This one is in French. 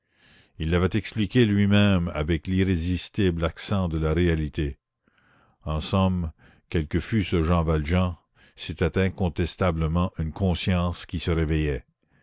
il l'avait expliqué lui-même avec l'irrésistible accent de la réalité en somme quel que fût ce jean valjean c'était incontestablement une conscience qui se réveillait